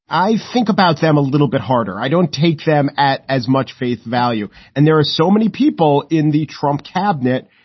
i think about them a little bit harder. i don't take them at as much faith value. and there are so many people in the trump cabinet.